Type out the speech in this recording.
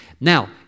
Now